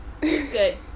good